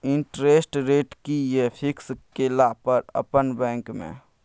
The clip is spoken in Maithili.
इंटेरेस्ट रेट कि ये फिक्स केला पर अपन बैंक में?